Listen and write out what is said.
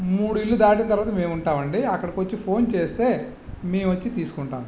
మూడు ఇళ్ళు దాటిన తరువాత మేము ఉంటామండీ అక్కడికి వచ్చి మీరు ఫోన్ చేస్తే మేము వచ్చి తీసుకుంటాం